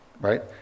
Right